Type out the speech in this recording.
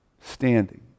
standing